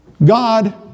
God